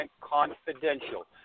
confidential